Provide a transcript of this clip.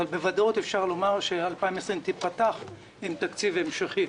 אבל בוודאות אפשר לומר ששנת 2020 תיפתח עם תקציב המשכי,